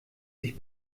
sich